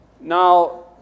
Now